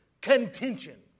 contention